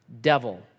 devil